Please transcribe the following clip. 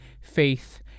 faith